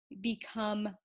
become